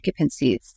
occupancies